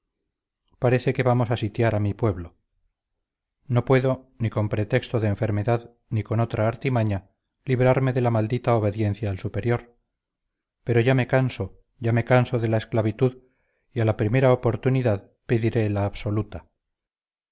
parece que vamos a sitiar a mi pueblo no puedo ni con pretexto de enfermedad ni con otra artimaña librarme de la maldita obediencia al superior pero ya me canso ya me canso de la esclavitud y a la primera oportunidad pediré la absoluta